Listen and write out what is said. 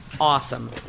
awesome